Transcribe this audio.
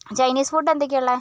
Chinese food എന്തൊക്കെയാണ് ഉള്ളത്